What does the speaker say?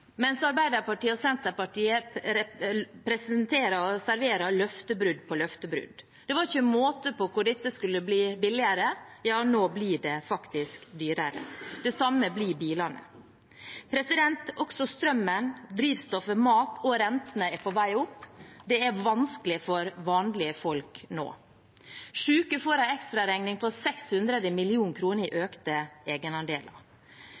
mens Arbeiderpartiet og Senterpartiet presenterer og serverer løftebrudd på løftebrudd. Det var ikke måte på hvordan dette skulle bli billigere. Nå blir det faktisk dyrere. Det samme blir bilene. Også prisen på strøm, drivstoff og mat, og rentene, er på vei opp. Det er vanskelig for vanlige folk nå. Syke får en ekstraregning på 600 mill. kr i økte egenandeler.